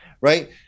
Right